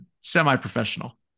semi-professional